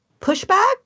pushback